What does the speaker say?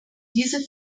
diese